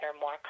more